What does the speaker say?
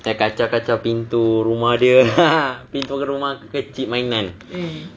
kacau-kacau pintu rumah dia pintu rumah kecil mainan